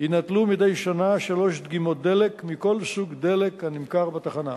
יינטלו מדי שנה שלוש דגימות דלק מכל סוג דלק הנמכר בתחנה.